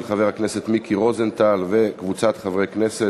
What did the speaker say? של חבר הכנסת מיקי רוזנטל וקבוצת חברי כנסת,